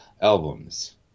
Albums